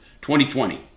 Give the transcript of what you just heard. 2020